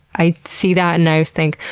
i see that and i always think,